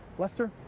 lester?